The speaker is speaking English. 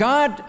God